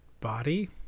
body